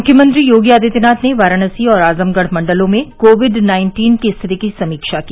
मुख्यमंत्री योगी आदित्यनाथ ने वाराणसी और आजमगढ़ मण्डलों में कोविड नाइन्टीन की स्थिति की समीक्षा की